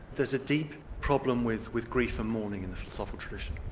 there's a deep problem with with grief and mourning in the philosophical tradition.